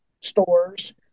stores